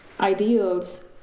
ideals